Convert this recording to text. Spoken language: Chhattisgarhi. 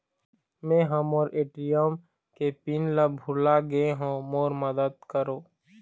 मै ह मोर ए.टी.एम के पिन ला भुला गे हों मोर मदद करौ